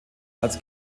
als